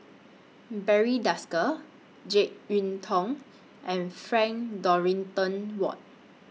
Barry Desker Jek Yeun Thong and Frank Dorrington Ward